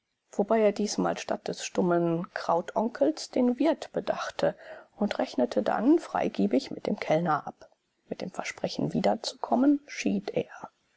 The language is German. wobei er diesmal statt des stummen krautonkels den wirt bedachte und rechnete dann freigebig mit dem kellner ab mit dem versprechen wiederzukommen schied er